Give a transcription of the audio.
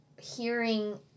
hearing